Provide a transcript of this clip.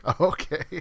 Okay